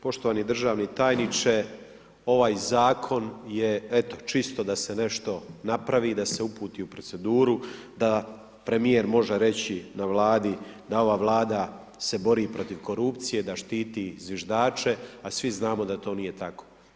Poštovani državni tajniče, ovaj zakon je eto, čisto da se nešto napravi, da se uputi u proceduru, da premijer može reći da ova Vlada se bori protiv korupcije, da štiti zviždače a svi znamo da to nije tako.